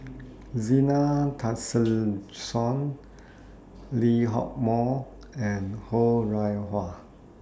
Zena Tessensohn Lee Hock Moh and Ho Rih Hwa